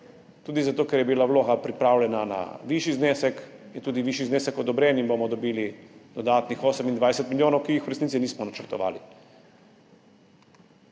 Tudi zato ker je bila vloga pripravljena na višji znesek, je tudi višji znesek odobren in bomo dobili dodatnih 28 milijonov, ki jih v resnici nismo načrtovali.